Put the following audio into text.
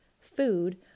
food